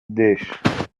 dish